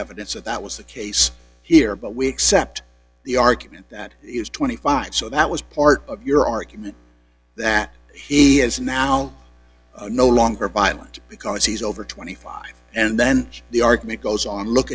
evidence that that was the case here but we accept the argument that it was twenty five so that was part of your argument that he is now no longer violent because he's over twenty five dollars and then the argument goes on look